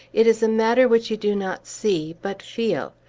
it is a matter which you do not see, but feel,